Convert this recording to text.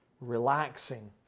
Relaxing